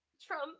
Trump